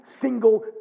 single